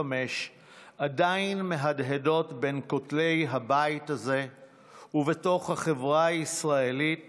עדיין מהדהדות בין כותלי הבית הזה ובתוך החברה הישראלית